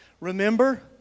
remember